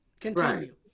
continue